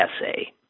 essay